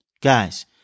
Guys